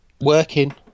working